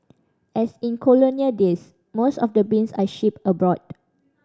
as in colonial days most of the beans are shipped abroad